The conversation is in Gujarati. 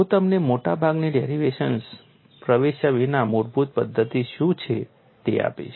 હું તમને મોટાભાગની ડેરિવેશન્સમાં પ્રવેશ્યા વિના મૂળભૂત પદ્ધતિ શું છે તે આપીશ